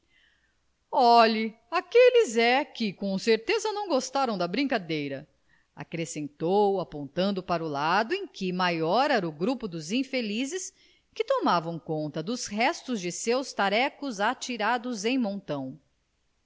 olhe aqueles é que com certeza não gostaram da brincadeira acrescentou apontando para o lado em que maior era o grupo dos infelizes que tomavam conta dos restos de seus tarecos atirados em montão